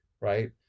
right